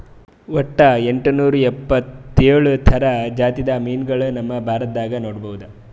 ವಟ್ಟ್ ಎಂಟನೂರಾ ಎಪ್ಪತ್ತೋಳ್ ಥರ ಜಾತಿದ್ ಮೀನ್ಗೊಳ್ ನಮ್ ಭಾರತದಾಗ್ ನೋಡ್ಬಹುದ್